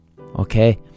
Okay